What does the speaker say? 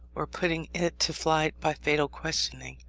or putting it to flight by fatal questioning.